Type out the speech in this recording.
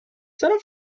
san